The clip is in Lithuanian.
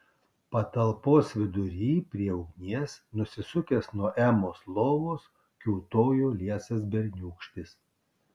patalpos vidury prie ugnies nusisukęs nuo emos lovos kiūtojo liesas berniūkštis